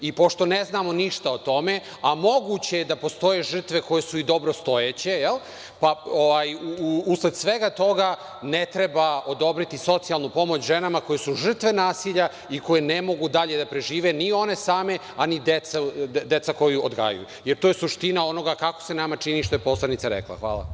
I pošto ne znamo ništa o tome, a moguće je da postoje žrtve koje su i dobrostojeće, pa usled svega toga ne treba odobriti socijalnu pomoć ženama koje su žrtve nasilja i koje ne mogu dalje da prežive ni one same, a ni deca koju odgajaju, jer to je suština onoga kako se nama čini što je poslanica rekla.